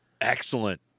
Excellent